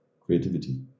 creativity